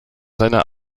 seine